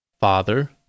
Father